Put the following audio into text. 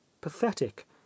pathetic